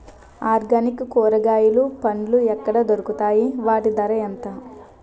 Organic కూరగాయలు పండ్లు ఎక్కడ దొరుకుతాయి? వాటి ధర ఎంత?